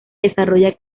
desarrolla